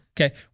Okay